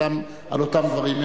על אותם דברים.